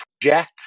project